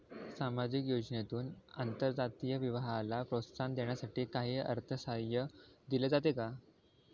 सामाजिक योजनेतून आंतरजातीय विवाहाला प्रोत्साहन देण्यासाठी काही अर्थसहाय्य दिले जाते का?